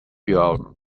your